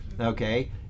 okay